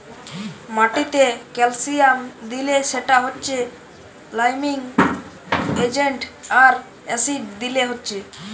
মাটিতে ক্যালসিয়াম দিলে সেটা হচ্ছে লাইমিং এজেন্ট আর অ্যাসিড দিলে হচ্ছে